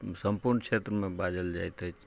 संपूर्ण क्षेत्र मे बाजल जैत अछि